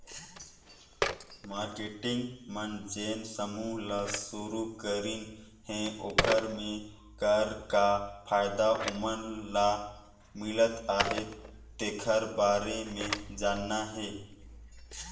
marketing मन जेन समूह ल सुरूकरीन हे ओखर मे कर का फायदा ओमन ल मिलत अहे तेखर बारे मे जानना हे